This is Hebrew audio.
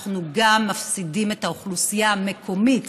אנחנו גם מפסידים את האוכלוסייה המקומית,